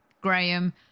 Graham